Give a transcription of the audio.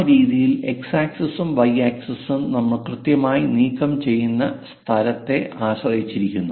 ആ രീതിയിൽ x ആക്സിസും y ആക്സിസും നമ്മൾ കൃത്യമായി നീക്കം ചെയ്യുന്ന സ്ഥലത്തെ ആശ്രയിച്ചിരിക്കുന്നു